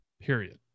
Period